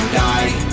die